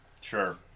Sure